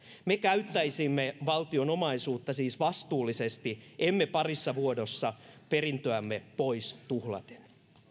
me käyttäisimme valtion omaisuutta siis vastuullisesti emme parissa vuodessa perintöämme pois tuhlaten